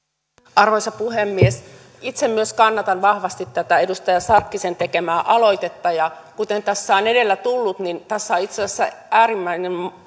arvoisa puhemies itse myös kannatan vahvasti tätä edustaja sarkkisen tekemää aloitetta ja kuten tässä on edellä tullut tässä on itse asiassa äärimmäisen